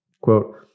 Quote